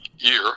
year